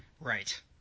Right